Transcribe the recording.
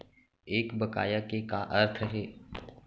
एक बकाया के का अर्थ हे?